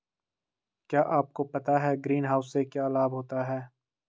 क्या आपको पता है ग्रीनहाउस से क्या लाभ होता है?